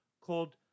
called